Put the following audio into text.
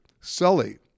Sully